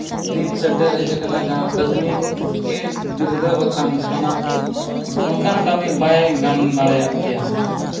ᱫᱤᱱ ᱥᱮᱴᱮᱨ ᱦᱮᱡ ᱠᱟᱱᱟ ᱡᱟᱦᱟᱸ ᱛᱟᱹᱠᱱᱤᱠᱤ ᱵᱤᱨᱫᱟᱹ ᱵᱟᱠᱷᱟᱱ ᱡᱟᱦᱟᱱᱟᱜ ᱚᱱᱠᱟᱱ ᱠᱟᱹᱢᱤ ᱵᱟᱭ ᱜᱟᱱ ᱫᱟᱲᱮᱭᱟᱜ ᱠᱮᱭᱟ